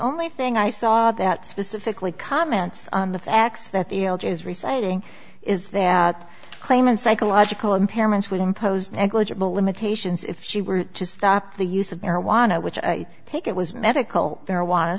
only thing i saw that specifically comments on the facts that the alj is reciting is that claim and psychological impairments would impose negligible limitations if she were to stop the use of marijuana which i take it was medical marijuana